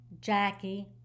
Jackie